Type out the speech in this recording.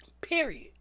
Period